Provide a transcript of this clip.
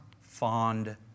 fond